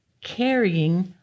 carrying